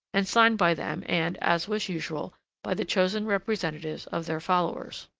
and signed by them and as was usual by the chosen representatives of their followers.